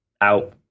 out